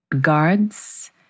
guards